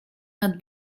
nad